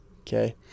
okay